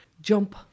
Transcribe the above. jump